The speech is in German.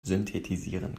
synthetisieren